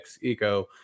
eco